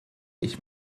ich